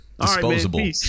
disposable